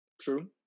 true